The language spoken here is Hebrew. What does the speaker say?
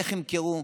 איך ימכרו?